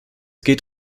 geht